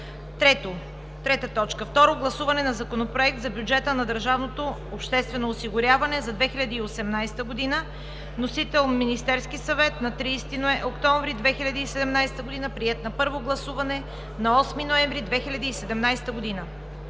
ноември 2017 г. 3. Второ гласуване на Законопроекта за бюджета на държавното обществено осигуряване за 2018 г. Вносител: Министерският съвет на 30 октомври 2017 г. и приет на първо гласуване на 8 ноември 2017 г.